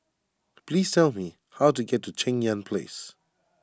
please tell me how to get to Cheng Yan Place